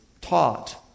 taught